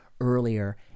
earlier